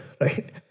Right